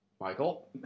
Michael